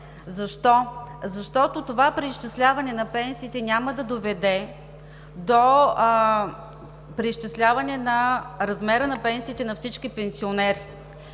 защо? Защото това преизчисляване на пенсиите няма да доведе до преизчисляване на размера на пенсиите на всички пенсионери.